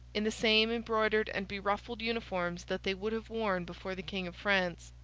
in the same embroidered and beruffled uniforms that they would have worn before the king of france.